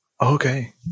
okay